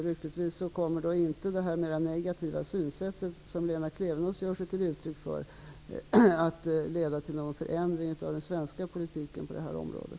Lyckligtvis kommer inte det negativa synsätt, som Lena Klevenås ger uttryck för, att leda till någon förändring av den svenska politiken på det här området.